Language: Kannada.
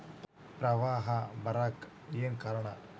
ಪ್ರವಾಹ ಬರಾಕ್ ಏನ್ ಕಾರಣ?